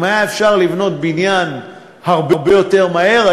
אם היה אפשר לבנות בניין הרבה יותר מהר,